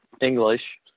English